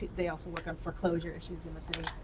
they also work on foreclosure issues in the city,